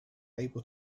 able